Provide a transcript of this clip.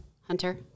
hunter